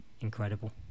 incredible